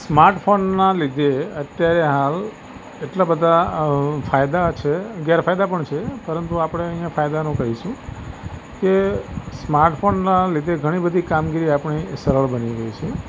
smart ફોનનાં લીધે અત્યારે હાલ એટલા બધા ફાયદા છે ગેરફાયદા પણ છે પરંતુ આપણે અહીંયા ફાયદાનું કહીશું કે સ્માર્ટ ફોનના લીધે ઘણી બધી કામગીરી આપણી સરળ બની ગઈ છે